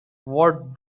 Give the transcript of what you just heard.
what